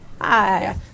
Hi